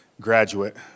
graduate